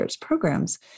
programs